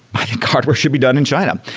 i think hardware should be done in china.